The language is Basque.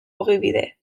ogibide